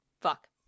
Fuck